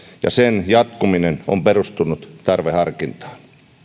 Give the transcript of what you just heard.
ja sen jatkuminen on perustunut tarveharkintaan